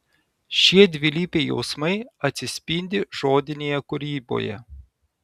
šie dvilypiai jausmai atsispindi žodinėje kūryboje